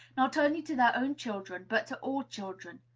not only to their own children, but to all children.